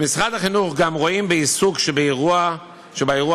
במשרד החינוך גם רואים בעיסוק באירוע הזה